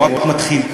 הוא רק מתחיל כאן.